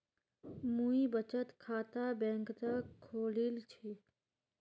मुई बचत खाता बैंक़त खोलील छि